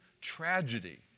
tragedy